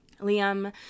Liam